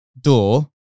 door